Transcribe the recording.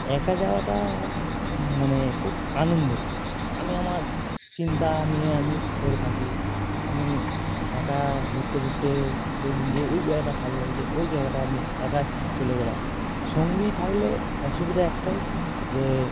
একা যাওয়াটা মানে খুব আনন্দ আমি আমার চিন্তা নিয়ে আমি পড়ে থাকি আমি একা ঘুরতে ঘুরতে দেখলুম যে ওই জায়গাটা ভালো লাগছে ওই জায়গাটা আমি একা চলে গেলাম সঙ্গী থাকলে অসুবিধা একটাই যে